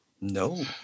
no